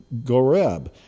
Goreb